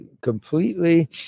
completely